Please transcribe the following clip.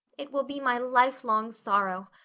it will be my lifelong sorrow.